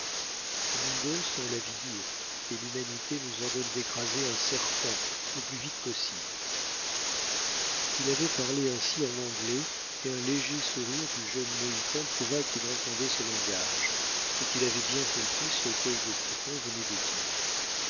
les mingos ont la vie dure et l'humanité nous ordonne d'écraser un serpent le plus vite possible il avait parlé ainsi en anglais et un léger sourire du jeune mohican prouva qu'il entendait ce langage et qu'il avait bien compris ce quœil de faucon venait de dire